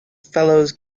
fellows